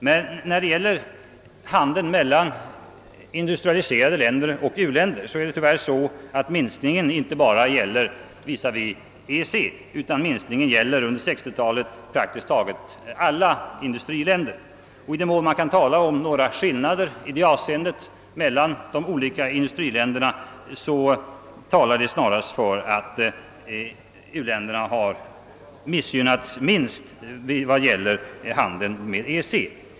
I fråga om handeln mellan industrialiserade länder och u-länder gäller tyvärr minskningen under 1960-talet inte bara visavi EEC utan praktiskt taget alla industriländer. I den mån man kan tala om några skillnader i detta avseende mellan de olika industriländerna talar de snarast för att u-länderna har missgynnats minst i handeln med EEC.